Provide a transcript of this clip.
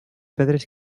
pedres